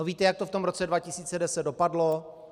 Víte, jak to v tom roce 2010 dopadlo?